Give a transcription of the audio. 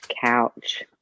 couch